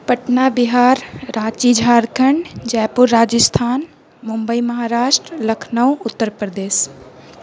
Patna Bihar Ranchi Jharkhand Jaipur Rajasthan Mumbai Maharashtra Lucknow Uttar Pradesh